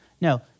No